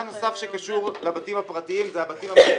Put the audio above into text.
לגבי הבתים הפרטיים והבתים המשותפים.